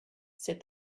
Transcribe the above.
said